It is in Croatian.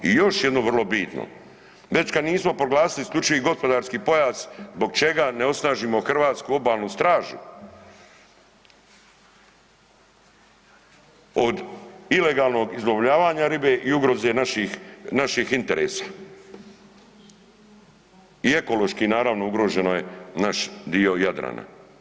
I još jedno vrlo bitno, već kada nismo proglasili isključivi gospodarski pojas zbog čega ne osnažimo Hrvatsku obalnu stražu od ilegalnog izlovljavanja ribe i ugroze naših interesa i ekološki naravno ugroženo naš dio Jadrana.